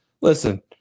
listen